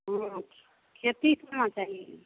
बोलो खेती करना चाहिए